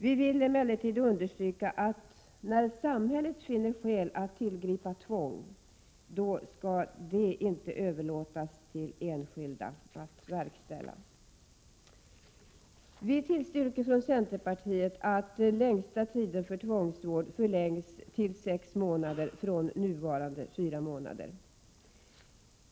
Vi vill emellertid understryka att när samhället finner skäl att tillgripa tvång, skall det inte överlåtas till enskilda att verkställa detta. Vi från centerpartiet tillstyrker att längsta tiden för tvångsvård förlängs till sex månader från nuvarande fyra månader.